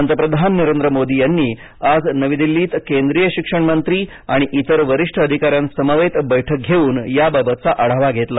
पंतप्रधान नरेंद्र मोदी यांनी आज नवी दिल्लीत केंद्रीय शिक्षण मंत्री आणि इतर वरिष्ठ अधिकाऱ्यांसमवेत बैठक घेऊन याबाबतचा आढावा घेतला